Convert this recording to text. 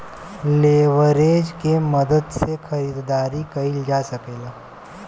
leverage के मदद से खरीदारी कईल जा सकेला